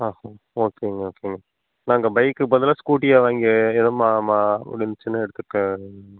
ஆ ஆ ஓகேங்க ஓகேங்க நாங்கள் பைக்குக்கு பதிலாக ஸ்கூட்டியை வாங்கி எதோ உடஞ்சின்னா எடுத்துக்க